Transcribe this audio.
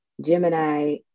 gemini